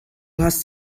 hast